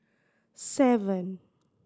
seven